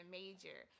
major